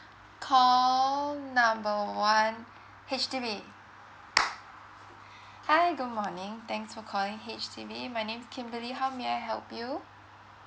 call number one H_D_B hi good morning thanks for calling H_D_B my name's kimberly how may I help you